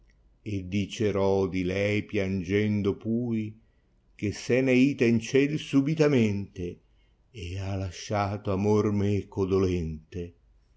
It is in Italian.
e dicerò di lei piangendo pui che se n è ita in ciel subitamente d ha lasciato amor meco dolente